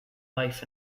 life